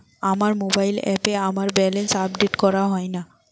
আমার মোবাইল অ্যাপে আমার ব্যালেন্স আপডেট করা হয় না